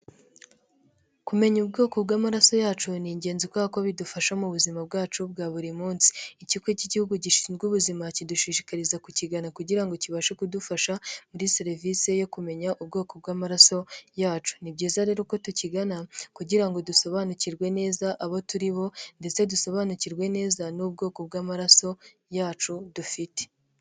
Kumenya ubwoko bw'amaraso yacu ni ingenzi kubera ko bidufasha mu bubuzima bwacu bwa buri munsi. Ikigo cy'Igihugu gishinzwe ubuzima kidushishikariza kukigana kugira ngo kibashe kudufasha muri serivise yo kumenya ubwoko bw'amaraso yacu. Ni byiza rero ko tukigana kugira ngo dusobanukirwe neza abo turi bo, ndetse dusobanukirwe neza n'ubwoko bw'amaraso yacu dufite.